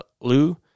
Lou